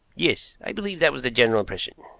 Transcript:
yes i believe that was the general impression.